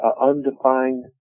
undefined